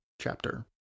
chapter